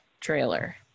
trailer